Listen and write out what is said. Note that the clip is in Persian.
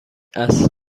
است